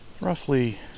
roughly